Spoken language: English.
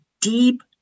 deep